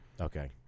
Okay